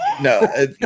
No